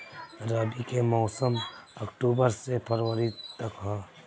रबी के मौसम अक्टूबर से फ़रवरी तक ह